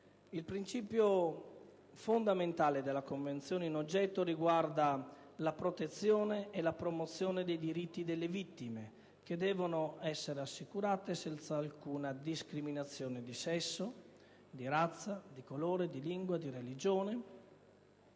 Il principio fondamentale della Convenzione in oggetto riguarda la protezione e la promozione dei diritti delle vittime, che devono essere assicurati senza alcuna discriminazione di sesso, di razza, di colore, di lingua, di religione,